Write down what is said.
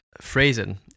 phrasing